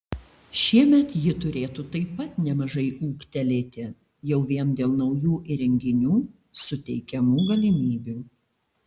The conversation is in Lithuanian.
šiemet ji turėtų taip pat nemažai ūgtelėti jau vien dėl naujų įrenginių suteikiamų galimybių